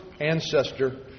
ancestor